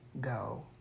go